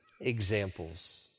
examples